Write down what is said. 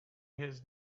his